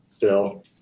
Bill